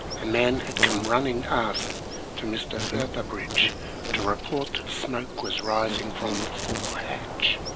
a man had come run ning aft to mr. featherbridge to report that smoke was rising from the forehatch.